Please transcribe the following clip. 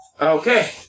Okay